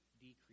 decrease